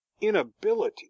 inability